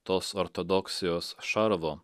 tos ortodoksijos šarvo